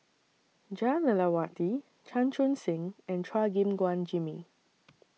Jah Lelawati Chan Chun Sing and Chua Gim Guan Jimmy